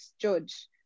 judge